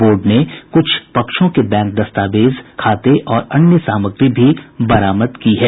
board ने कुछ फर्जी पक्षों के बैंक दस्तावेज खाते और अन्य सामग्री भी बरामद की है